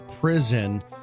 prison